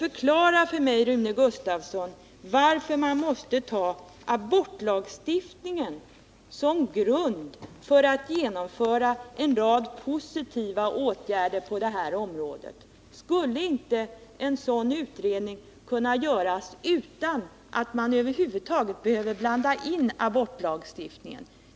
Förklara för mig, Rune Gustavsson, varför man måste lägga abortlagstiftningen som grund för att kunna genomföra en rad positiva åtgärder på det här området! Skulle inte en sådan utredning kunna göras utan att man över huvud taget behövde blanda in abortlagstiftningen?